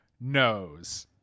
knows